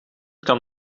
kan